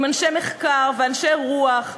עם אנשי מחקר ואנשי רוח,